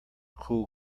cool